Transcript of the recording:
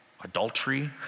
adultery